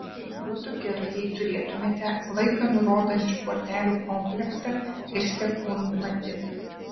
būtų gerai jei turėtumėte laiką nurodančių kortelių komplektą ir sekundmatį